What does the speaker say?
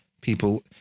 people